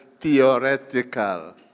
theoretical